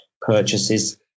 purchases